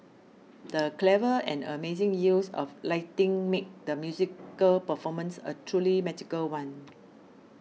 the clever and amazing use of lighting made the musical performance a truly magical one